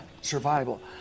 survival